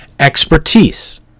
Expertise